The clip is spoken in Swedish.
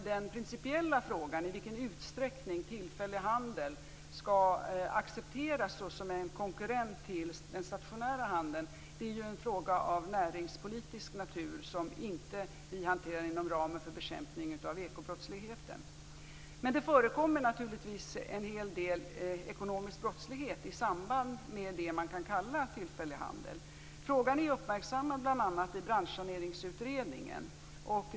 Den principiella frågan i vilken utsträckning tillfällig handel skall accepteras som en konkurrent till den stationära handeln är en fråga av näringspolitisk natur som vi inte hanterar inom ramen för bekämpning av ekobrottsligheten. Det förekommer naturligtvis en hel del ekonomisk brottslighet i samband med det kan kalla tillfällig handel. Frågan är uppmärksammad bl.a. i Branchsaneringsutredningen.